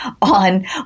on